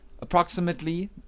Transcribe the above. approximately